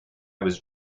was